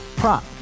Prop